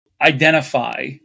identify